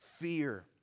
fear